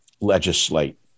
legislate